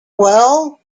well